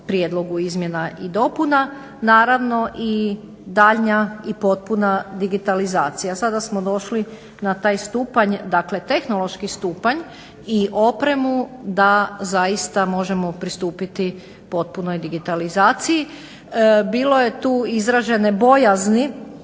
prijedlogu izmjena i dopuna. Naravno i daljnja i potpuna digitalizacija. Sada smo došli na taj stupanj, dakle tehnološki stupanj i opremu da zaista možemo pristupiti potpunoj digitalizaciji. Bilo je tu izražene bojazni